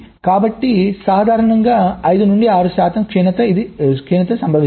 కాబట్టి సాధారణంగా 5 6 శాతం క్షీణత ఇది సంభవిస్తుంది